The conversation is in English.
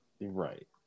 Right